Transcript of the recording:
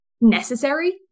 necessary